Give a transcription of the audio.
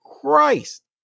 Christ